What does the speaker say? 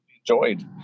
enjoyed